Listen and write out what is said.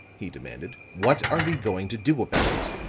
he demanded, what are we going to do about it?